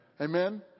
Amen